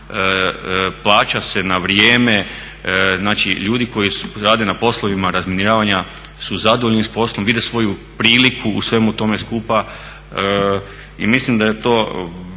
plaća se na vrijeme. Znači, ljudi koji rade na poslovima razminiravanja su zadovoljni s poslom, vide svoju priliku u svemu tome skupa. I mislim da je to